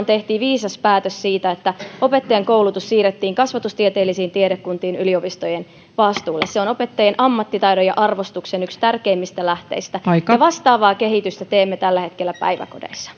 tehtiin viisas päätös siitä että opettajankoulutus siirrettiin kasvatustieteellisiin tiedekuntiin yliopistojen vastuulle se on opettajien ammattitaidon ja arvostuksen yksi tärkeimmistä lähteistä niin vastaavaa kehitystä teemme tällä hetkellä päiväkodeissa